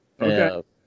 Okay